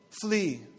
flee